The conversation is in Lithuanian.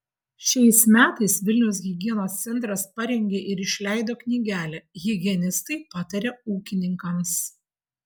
šiais metais vilniaus higienos centras parengė ir išleido knygelę higienistai pataria ūkininkams